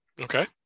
okay